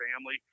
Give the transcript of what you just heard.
family